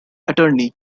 attorney